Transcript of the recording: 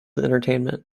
entertainment